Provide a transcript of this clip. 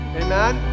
amen